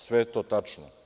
Sve je to tačno.